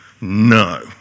No